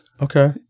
Okay